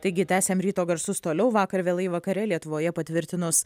taigi tęsiam ryto garsus toliau vakar vėlai vakare lietuvoje patvirtinus